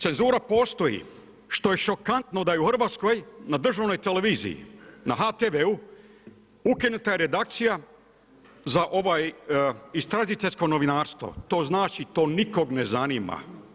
Cenzura postoji, što je šokantno da je u Hrvatskoj, na državnoj televiziji, na HTV-u ukinuta redakcija za istražiteljsko novinarstvo, to znači, to nikoga ne zanima.